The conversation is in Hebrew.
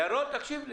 ירון, תקשיב,